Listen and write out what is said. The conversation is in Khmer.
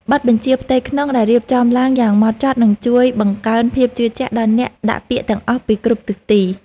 បទបញ្ជាផ្ទៃក្នុងដែលរៀបចំឡើងយ៉ាងម៉ត់ចត់នឹងជួយបង្កើនភាពជឿជាក់ដល់អ្នកដាក់ពាក្យទាំងអស់ពីគ្រប់ទិសទី។